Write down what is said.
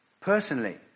personally